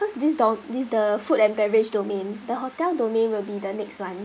cause this do~ is the food and beverage domain the hotel domain will be the next one